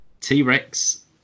t-rex